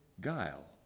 guile